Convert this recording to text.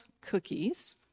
cookies